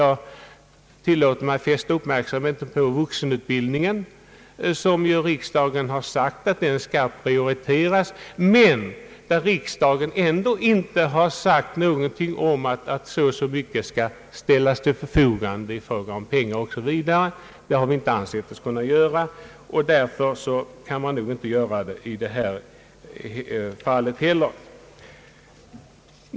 Jag tillåter mig fästa uppmärksamheten på vuxenutbildningen, som riksdagen fattat beslut om att prioritera. Men riksdagen har ändå inte sagt någonting om hur mycket som skall ställas till förfogande i fråga om pengar osv. Det har vi inte ansett oss kunna göra tidigare, och det kan vi nog inte göra i detta fall heller.